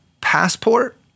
passport